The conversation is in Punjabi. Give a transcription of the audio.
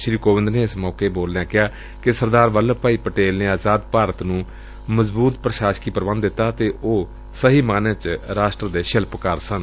ਸ੍ਰੀ ਕੋਵਿੰਦ ਨੇ ਏਸ ਮੌਕੇ ਬੋਲਦਿਆਂ ਕਿਹਾ ਸਰਦਾਰ ਵੱਲਭ ਭਾਈ ਪਟੇਲ ਨੇ ਆਜ਼ਾਦ ਭਾਰਤ ਨੂੰ ਮਜ਼ਬੂਤ ਪ੍ਰਬੰਧ ਦਿੱਤਾ ਅਤੇ ਉਹ ਸਹੀ ਮਾਮਲਿਆਂ ਚ ਰਾਸ਼ਟਰ ਦੇ ਸ਼ਿਲਪਕਾਰ ਸਨ